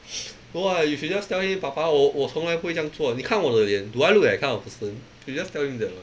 no ah you should just tell him 爸爸我我从来不会这样做你看我的脸 do I look like that kind of person you can just tell him that what